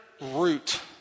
root